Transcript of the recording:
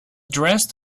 dressed